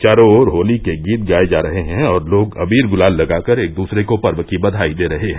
चारो ओर होली के गीत गाये जा रहे हैं और लोग अवीर गुलाल लगाकर एक दूसरे को पर्व की बघाई दे रहे है